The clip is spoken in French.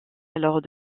alors